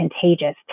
contagious